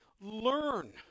learn